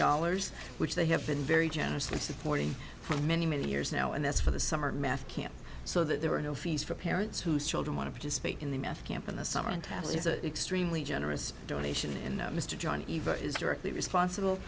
dollars which they have been very generously supporting for many many years now and that's for the summer math camp so that there are no fees for parents whose children want to participate in the math camp in the summer and taps is a extremely generous donation in mr john eva is directly responsible